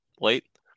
late